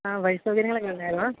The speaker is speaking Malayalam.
ആ വഴി സൗകര്യങ്ങളൊക്കെ ഉണ്ടല്ലോ